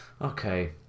Okay